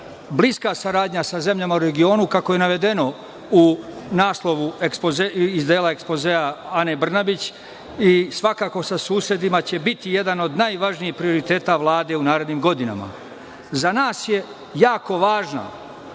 bliska saradnja sa zemljama u regionu, kako je navedeno u naslovu iz dela ekspozea Ane Brnabić, i svakako sa susedima će biti jedan od najvažnijih prioriteta Vlade u narednim godinama.Za nas je jako važna